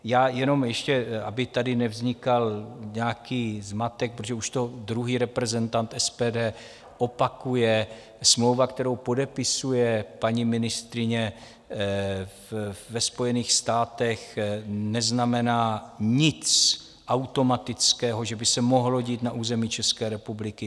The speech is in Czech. Já jenom ještě, aby tady nevznikal nějaký zmatek, protože už to druhý reprezentant SPD opakuje: smlouva, kterou podepisuje paní ministryně ve Spojených státech, neznamená nic automatického, že by se mohlo dít na území České republiky.